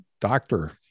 doctor